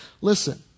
listen